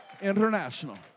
International